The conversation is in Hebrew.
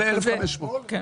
עלה 1,500 שקלים.